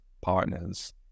partners